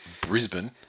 Brisbane